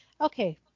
Okay